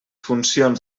funcions